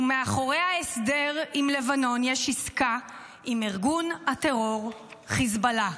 ומאחורי ה"הסדר עם לבנון" יש עסקה עם ארגון הטרור חיזבאללה.